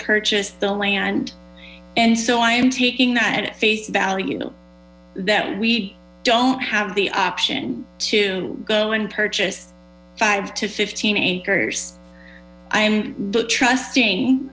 purchase the land and so i am taking that at face value that we don't have the option to go and purchase five to fifteen anchors i'm trusting